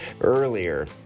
earlier